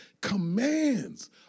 commands